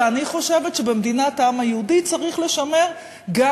ואני חושבת שבמדינת העם היהודי צריך לשמר גם,